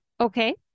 okay